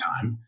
time